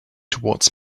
towards